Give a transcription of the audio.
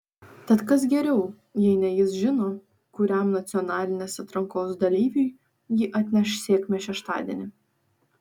tad kas geriau jei ne jis žino kuriam nacionalinės atrankos dalyviui ji atneš sėkmę šeštadienį